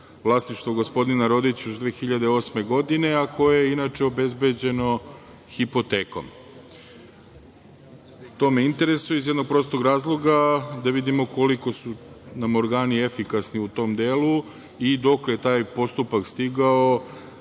vlasništvu gospodina Rodića još 2008. godine, a koja je inače obezbeđena hipotekom. To me interesuje iz jednog prostog razloga da vidimo koliko su nam organi efikasni u tom delu i dokle je taj postupak stigao